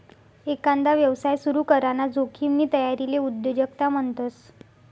एकांदा यवसाय सुरू कराना जोखिमनी तयारीले उद्योजकता म्हणतस